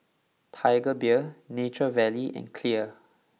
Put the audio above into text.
Tiger Beer Nature Valley and Clear